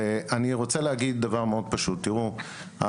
אני רוצה להגיד דבר מאוד פשוט: תראו,